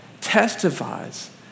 testifies